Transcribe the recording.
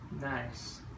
Nice